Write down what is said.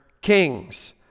kings